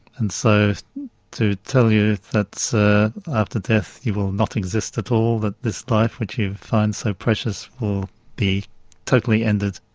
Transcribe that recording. and so to tell you that ah after death you will not exist at all, that this life which you find so precious will be totally ended,